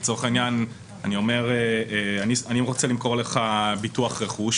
לצורך העניין אני אומר שאני רוצה למכור לך ביטוח רכוש,